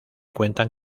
cuentan